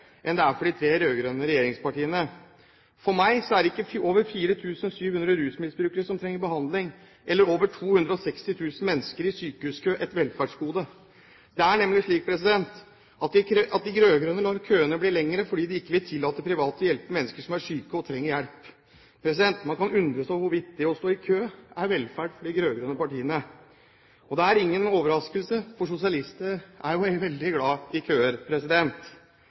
enn det er for de tre rød-grønne regjeringspartiene. For meg er ikke over 4 700 rusmisbrukere som trenger behandling, eller over 260 000 mennesker i sykehuskø et velferdsgode. Det er nemlig slik at de rød-grønne lar køene bli lengre fordi de ikke vil tillate private å hjelpe mennesker som er syke og trenger hjelp. Man kan undres over hvorvidt det å stå i kø er velferd for de rød-grønne partiene. Det er ingen overraskelse, for sosialister er jo veldig glad i køer.